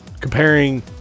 comparing